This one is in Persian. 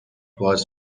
باز